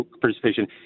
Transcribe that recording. participation